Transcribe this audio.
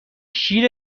شیر